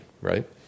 right